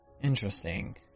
Interesting